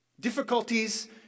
Difficulties